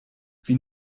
wie